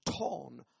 torn